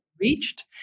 reached